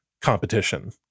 competition